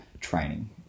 Training